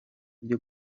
byo